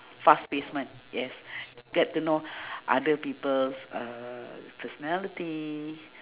fast pacement yes get to know other people's uh personality